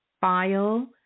file